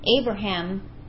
Abraham